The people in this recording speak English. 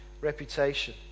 reputation